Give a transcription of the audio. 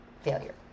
failure